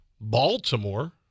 baltimore